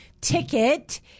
ticket